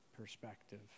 perspective